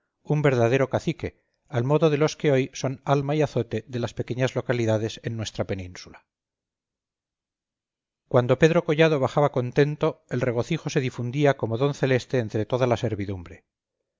un verdadero cacique al modo de los que hoy son alma y azote de las pequeñas localidades en nuestra península cuando pedro collado bajaba contento el regocijo se difundía como don celeste entre toda la servidumbre